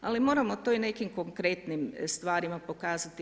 Ali moramo ti nekim konkretnim stvarima pokazati.